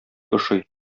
ошый